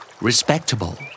Respectable